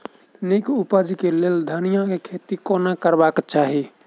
नीक उपज केँ लेल धनिया केँ खेती कोना करबाक चाहि?